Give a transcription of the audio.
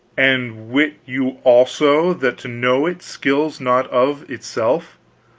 and wit you also that to know it skills not of itself,